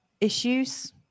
issues